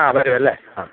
ആ വരുവല്ലേ ആ